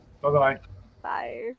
bye-bye